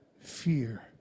fear